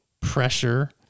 pressure